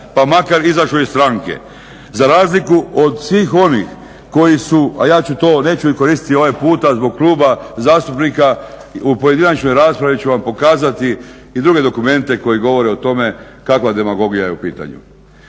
pa makar izašao iz stranku. Za razliku od svih onih koji su, a ja ću to reći i koristiti ovaj puta zbog kluba zastupnika u pojedinačnoj raspravi ću vam pokazati i druge dokumente koji govore o tome kakva demagogija je u pitanju.